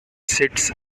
sits